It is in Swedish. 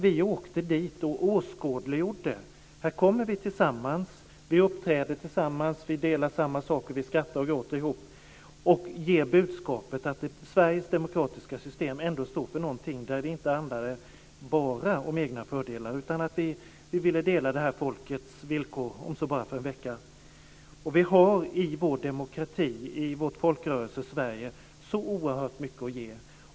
Vi åkte dit och åskådliggjorde att här kom vi tillsammans, uppträdde tillsammans, delade samma saker, skrattade och grät ihop. Det gav budskapet att Sveriges demokratiska system ändå står för någonting där det inte enbart handlar om egna fördelar. Vi ville dela det här folkets villkor, om så bara för en vecka. I vår demokrati och i vårt Folkrörelsesverige har vi så oerhört mycket att ge.